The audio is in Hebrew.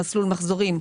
מסלול המחזורים.